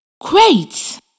Great